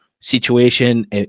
situation